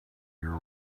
your